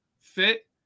fit